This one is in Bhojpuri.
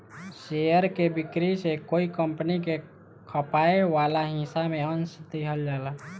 शेयर के बिक्री से कोई कंपनी के खपाए वाला हिस्सा में अंस दिहल जाला